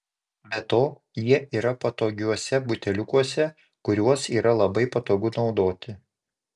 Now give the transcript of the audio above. be to jie yra patogiuose buteliukuose kuriuos yra labai patogu naudoti